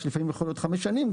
שלפעמים יכול להיות גם חמש שנים,